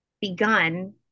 begun